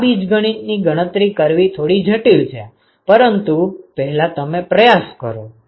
આ બીજગણિતની ગણતરી કરવી થોડી જટિલ છે પરંતુ પહેલા તમે પ્રયાસ કરો